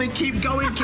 and keep going!